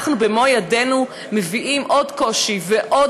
ואנחנו במו ידינו מביאים עוד קושי ועוד